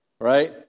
right